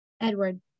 Edward